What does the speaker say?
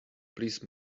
please